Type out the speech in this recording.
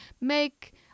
make